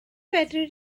fedri